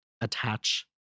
attach